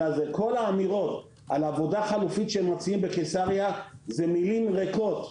כל האמירות על עבודה חלופית שמציעים בקיסריה זה מילים ריקות,